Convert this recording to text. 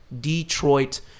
detroit